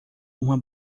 uma